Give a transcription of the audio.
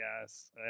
yes